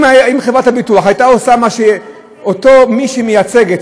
אם חברת הביטוח הייתה עושה מה שהיה עושה אותו מי שהיא מייצגת,